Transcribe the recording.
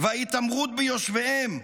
וההתעמרות ביושביהם,